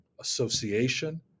association